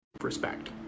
Respect